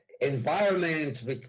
environment